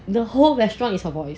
the whole restaurant is her voice